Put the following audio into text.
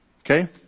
Okay